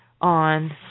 on